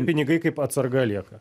pinigai kaip atsarga lieka